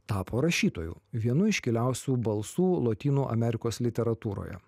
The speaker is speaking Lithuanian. tapo rašytoju vienu iškiliausių balsų lotynų amerikos literatūroje